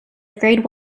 grade